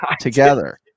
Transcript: together